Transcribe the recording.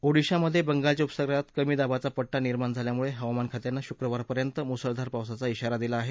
ओडिशामध्ये बंगालच्या उपसागरात कमी दाबाचा पट्टा निर्माण झाल्यामुळे हवामान खात्याने शुक्रवारपर्यंत मुसळधार पावसाचा िशारा दिला आहे